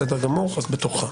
בסדר גמור, רק בתורך.